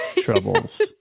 troubles